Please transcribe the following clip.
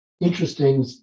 Interesting